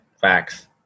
facts